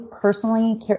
personally